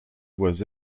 voix